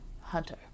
Hunter